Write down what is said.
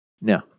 Now